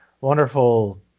wonderful